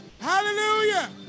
Hallelujah